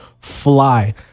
fly